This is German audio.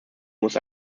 muss